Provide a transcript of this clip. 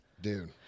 Dude